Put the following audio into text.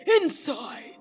Inside